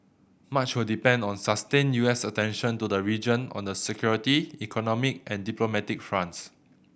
much will depend on sustained U S attention to the region on the security economic and diplomatic fronts